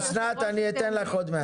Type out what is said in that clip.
אסנת, אני אתן לך עוד מעט.